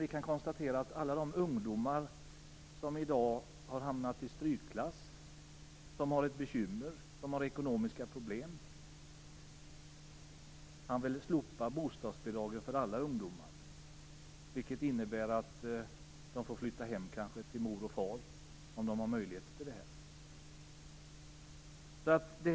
Vi kan konstatera att många ungdomar i dag har hamnat i strykklass; de har bekymmer, de har ekonomiska problem. Knut Billing vill slopa bostadsbidragen för alla ungdomar, vilket kanske innebär att dessa ungdomar får flytta hem till mor och far, om de har möjligheter till det.